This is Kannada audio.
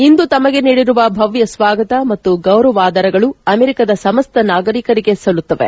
ಇಂದು ತಮಗೆ ನೀಡಿರುವ ಭವ್ಯ ಸ್ವಾಗತ ಮತ್ತು ಗೌರವಾದರಗಳು ಅಮೆರಿಕಾದ ಸಮಸ್ತ ನಾಗರಿಕರಿಗೆ ಸಲ್ಲುತ್ತವೆ